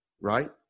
right